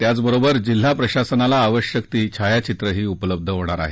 त्याच बरोबर जिल्हा प्रशासनाला आवश्यक ती छायाचितंही उपलब्ध होणार आहे